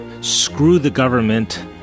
screw-the-government